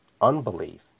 unbelief